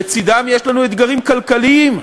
בצדם יש לנו אתגרים כלכליים.